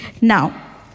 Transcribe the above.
Now